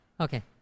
Okay